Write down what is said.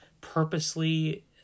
purposely